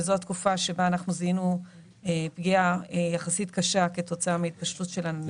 שזו התקופה בה אנחנו זיהינו פגיעה יחסית קשה כתוצאה מהתפשטות הנגיף,